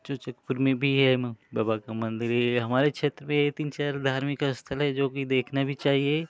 चूचकपुर में भी है बाबा का मन्दिर यह है हमारे क्षेत्र में ये तीन चार धार्मिक अस्थल हैं जो कि देखना भी चाहिए